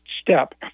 step